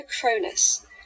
Cronus